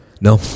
No